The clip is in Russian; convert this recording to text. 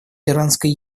иранской